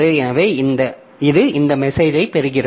எனவே இது இந்த மெசேஜைப் பெறுகிறது